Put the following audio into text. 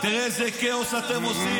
הפקרתם את תושבי